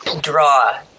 draw